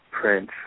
Prince